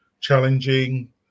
challenging